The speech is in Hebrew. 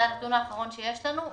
זה הנתון האחרון שיש לנו.